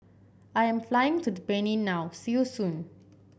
I'm flying to the Benin now see you soon